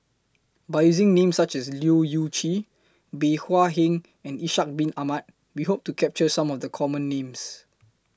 By using Names such as Leu Yew Chye Bey Hua Heng and Ishak Bin Ahmad We Hope to capture Some of The Common Names